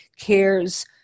cares